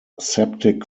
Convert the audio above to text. septic